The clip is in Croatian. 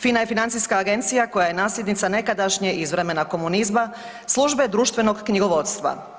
FINA je Financijska agencija koja je nasljednica nekadašnje iz vremena komunizma službe društvenog knjigovodstva.